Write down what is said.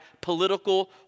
political